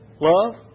Love